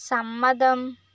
സമ്മതം